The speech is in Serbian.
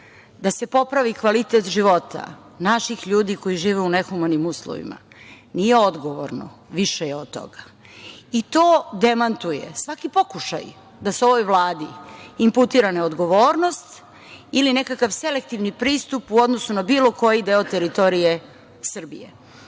da se popravi kvalitet života naših ljudi koji žive u nehumanim uslovima. Nije odgovorno, više je od toga. I to demantuje svaki pokušaj da se ovoj Vladi imputira neodgovornost ili nekakav selektivni pristup u odnosu na bilo koji deo teritorije Srbije. Marija